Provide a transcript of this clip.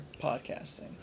podcasting